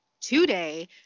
today